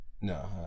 no